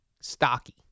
stocky